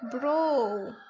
bro